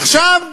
עכשיו,